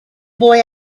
boy